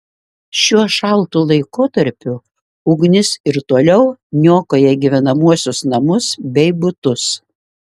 šiuo šaltu laikotarpiu ugnis ir toliau niokoja gyvenamuosius namus bei butus